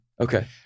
Okay